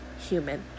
human